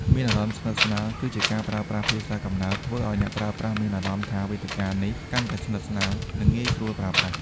មានអារម្មណ៍ស្និទ្ធស្នាល គឹជាការប្រើប្រាស់ភាសាកំណើតធ្វើឲ្យអ្នកប្រើប្រាស់មានអារម្មណ៍ថាវេទិកានេះកាន់តែស្និទ្ធស្នាល និងងាយស្រួលប្រើប្រាស់។